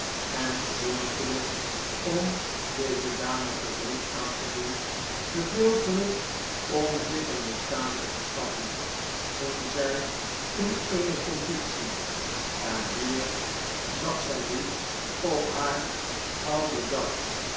en gedeeltelijk om deze dame verdriet aan te doen gedeeltelijk om zich een bestaan te verschaffen ging zij in eene conditie en hier zat zij nu op haar ouden dag